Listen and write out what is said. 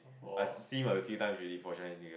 I see her a few times already for Chinese New Year